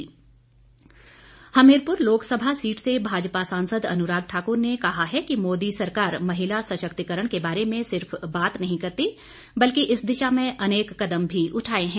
अनुराग Thakur Hamirpur Lok Sabha seat से भाजपा सांसद अनुराग ठाक्र ने कहा है कि मोदी सरकार महिला सशक्तिकरण के बारे में सिर्फ बात नहीं करती बल्कि इस दिशा में अनेक कदम भी उठाए हैं